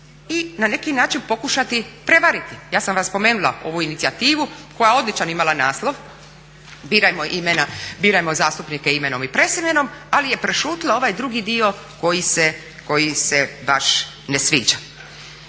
i na neki način pokušati prevariti. Ja sam vam spomenula ovu inicijativu koja je odličan imala naslov "Birajmo zastupnike imenom i prezimenom" ali je prešutjela ovaj drugi dio koji se baš ne sviđa.